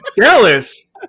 Dallas